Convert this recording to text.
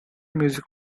music